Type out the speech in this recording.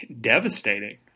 devastating